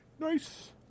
Nice